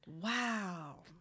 Wow